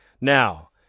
Now